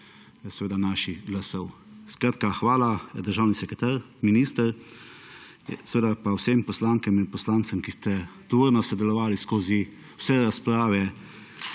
naših glasov. Skratka, hvala državni sekretar, minister, seveda pa vsem poslankam in poslancem, ki ste tvorno sodelovali skozi vse razprave